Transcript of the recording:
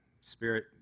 spirit